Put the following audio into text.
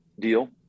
deal